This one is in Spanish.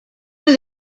del